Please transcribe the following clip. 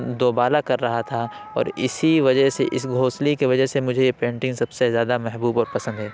دوبالا کر رہا تھا اور اسی وجہ سے اس گھونسلے کی وجہ سے مجھے یہ پینٹنگ سب سے زیادہ محبوب اور پسند ہے